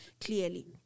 clearly